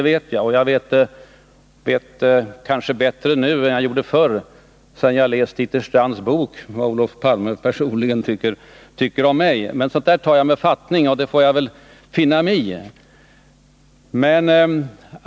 Och jag vet kanske bättre nu än jag gjorde förr. sedan jag läst Dieter Strands bok, vad Olof Palme personligen tycker om mig. Men sådant tar jag med fattning — jag får finna mig i det.